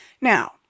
Now